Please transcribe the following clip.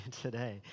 today